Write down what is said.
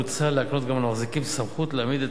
מוצע להקנות גם למחזיקים סמכות להעמיד את